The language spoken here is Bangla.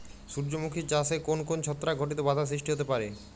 সূর্যমুখী চাষে কোন কোন ছত্রাক ঘটিত বাধা সৃষ্টি হতে পারে?